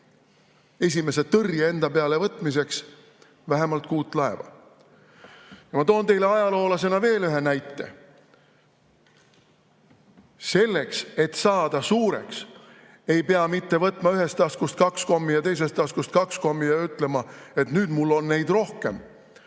esimese tõrje enda peale võtmiseks vähemalt kuut laeva. Ma toon teile ajaloolasena veel ühe näite. Selleks, et saada suureks, ei pea mitte võtma ühest taskust kaks kommi ja teisest taskust kaks kommi ja ütlema, et nüüd mul on neid rohkem,